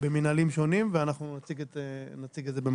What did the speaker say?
במנהלים שונים, ואנחנו נציג את זה.